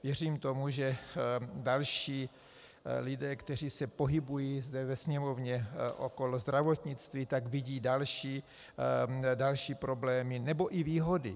Věřím tomu, že další lidé, kteří se pohybují zde ve Sněmovně okolo zdravotnictví, vidí další problémy nebo i výhody.